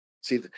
See